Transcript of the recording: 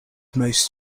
most